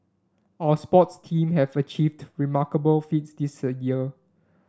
our sports team have achieved remarkable feats this a year